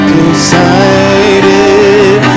decided